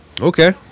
Okay